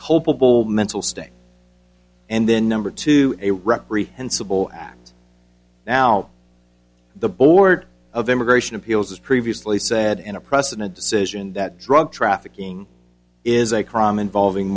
culpable mental state and then number two a reprehensible act now the board of immigration appeals has previously said in a precedent decision that drug trafficking is a crime involving